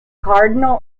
cardinal